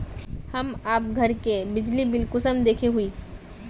हम आप घर के बिजली बिल कुंसम देखे हुई?